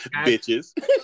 Bitches